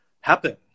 happen